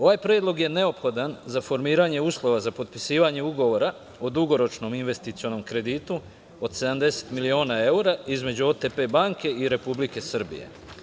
Ovaj predlog je neophodan za formiranje uslova za potpisivanje ugovora o dugoročnom investicionom kreditu od 70 miliona evra između OTP banke i Republike Srbije.